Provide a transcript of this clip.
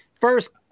first